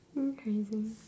hmm